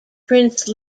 prince